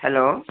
hello